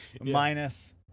Minus